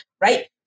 right